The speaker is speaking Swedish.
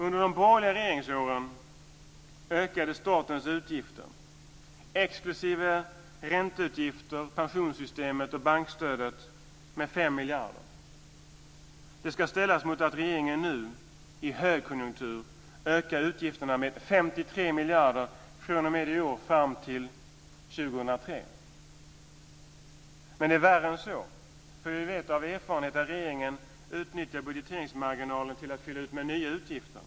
Under de borgerliga regeringsåren ökade statens utgifter -, exklusive ränteutgifter, pensionssystemet och bankstödet - med 5 miljarder. Det ska ställas mot att regeringen nu i högkonjunktur ökar utgifterna med Men det är värre än så. Vi vet av erfarenhet att regeringen utnyttjar budgeteringsmarginalen till att fylla ut med nya utgifter.